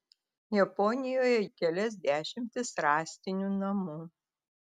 japonijoje jm jau yra pardavusi kelias dešimtis rąstinių namų